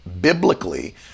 biblically